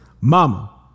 Mama